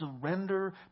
surrender